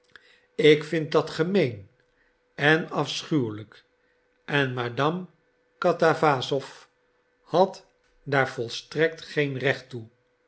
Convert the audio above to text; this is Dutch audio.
ik vind dat gemeen en afschuwelijk en madame katawassow had daar volstrekt geen recht toe